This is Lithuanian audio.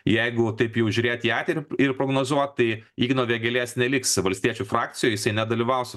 jeigu taip jau žiūrėt į ateitį ir prognozuot tai igno vėgėlės neliks valstiečių frakcijoj jisai nedalyvaus